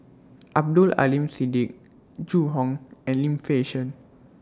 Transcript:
Abdul Aleem Siddique Zhu Hong and Lim Fei Shen